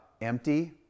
empty